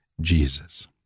Jesus